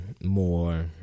more